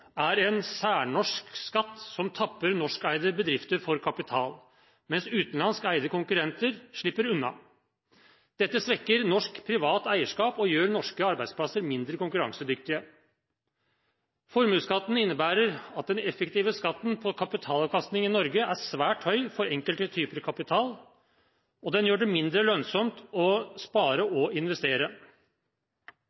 er en særnorsk skatt som tapper norskeide bedrifter for kapital, mens utenlandskeide konkurrenter slipper unna. Dette svekker norsk privat eierskap og gjør norske arbeidsplasser mindre konkurransedyktige. Formuesskatten innebærer at den effektive skatten på kapitalavkastning i Norge er svært høy for enkelte typer kapital, og den gjør det mindre lønnsomt å spare